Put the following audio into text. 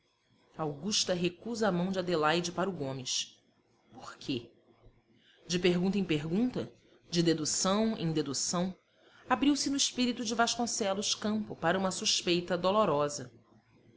augusta recusa a mão de adelaide para o gomes por quê de pergunta em pergunta de dedução em dedução abriu-se no espírito de vasconcelos campo para uma suspeita dolorosa